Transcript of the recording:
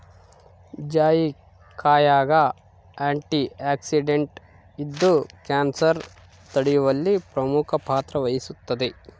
ಜಾಯಿಕಾಯಾಗ ಆಂಟಿಆಕ್ಸಿಡೆಂಟ್ ಇದ್ದು ಕ್ಯಾನ್ಸರ್ ತಡೆಯುವಲ್ಲಿ ಪ್ರಮುಖ ಪಾತ್ರ ವಹಿಸುತ್ತದೆ